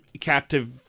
captive